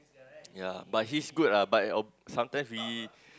ya but he's good ah but sometimes we